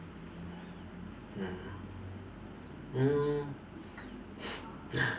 mm mm